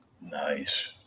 Nice